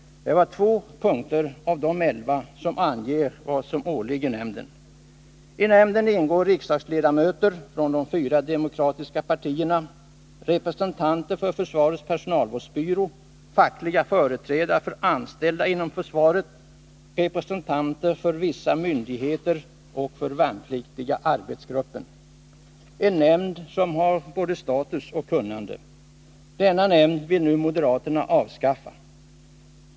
Detta var två punkter av de elva som anger vad som åligger nämnden. I nämnden ingår riksdagsledamöter från de fyra demokratiska partierna, representanter för försvarets personalvårdsbyrå, fackliga företrädare för anställda inom försvaret, representanter för vissa myndigheter och för värnpliktiga arbetsgruppen. Detta är en nämnd som har både status och kunnande. Denna nämnd vill nu moderaterna avskaffa.